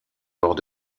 bords